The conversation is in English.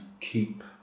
keep